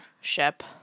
ship